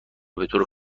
بطور